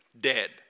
dead